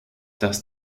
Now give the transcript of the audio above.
dass